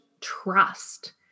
trust